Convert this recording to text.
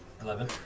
Eleven